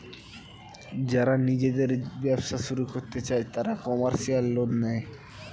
যারা নিজেদের ব্যবসা শুরু করতে চায় তারা কমার্শিয়াল লোন নেয়